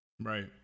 right